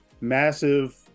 massive